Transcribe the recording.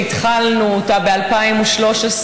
שהתחלנו אותה ב-2013,